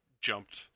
jumped